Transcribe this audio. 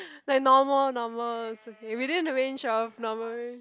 like normal normal is okay within the range of normal eh